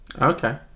Okay